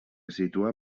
situa